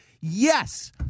Yes